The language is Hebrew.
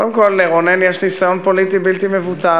קודם כול, לרונן יש ניסיון פוליטי בלתי מבוטל.